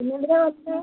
പിന്നെ എന്തിനാണ് വന്നത്